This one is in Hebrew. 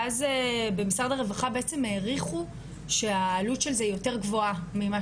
ואז במשרד הרווחה בעצם העריכו שהעלות של זה היא יותר גבוהה ממה